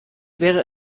wäre